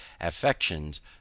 affections